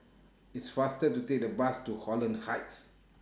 It's faster to Take The Bus to Holland Heights